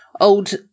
Old